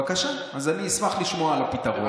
בבקשה, אז אני אשמח לשמוע על הפתרון.